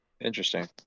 Interesting